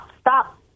stop